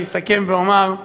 אסכם ואומר: